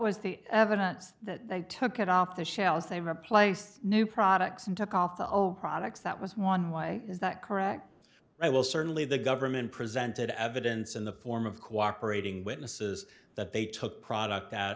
was the evidence that they took it off the shelves they replaced new products and took off products that was one way is that correct they will certainly the government presented evidence in the form of cooperating witnesses that they took product